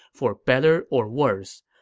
for better or worse.